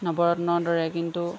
নৱৰত্নৰ দৰে কিন্তু